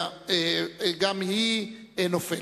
גם היא נופלת.